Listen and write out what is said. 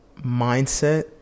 mindset